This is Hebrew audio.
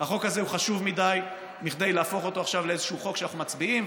החוק הזה חשוב מכדי להפוך אותו עכשיו לאיזשהו חוק שאנחנו מצביעים,